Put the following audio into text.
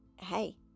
hey